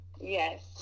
Yes